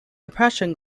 depression